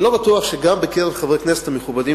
אני לא בטוח שגם בקרב חברי הכנסת המכובדים